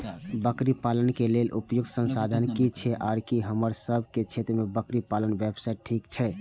बकरी पालन के लेल उपयुक्त संसाधन की छै आर की हमर सब के क्षेत्र में बकरी पालन व्यवसाय ठीक छै?